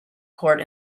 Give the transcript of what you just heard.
court